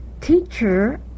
teacher